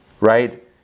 right